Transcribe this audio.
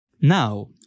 Now